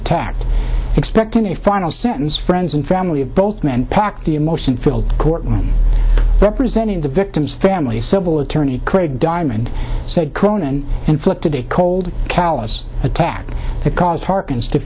attack expecting a final sentence friends and family of both men packed the emotion filled courtroom representing the victim's family civil attorney craig diamond said cronin inflicted a callous attack because harkens to